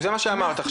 זה מה שאמרת עכשיו.